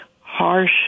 harsh